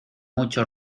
mucho